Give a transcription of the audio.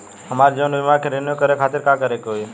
हमार जीवन बीमा के रिन्यू करे खातिर का करे के होई?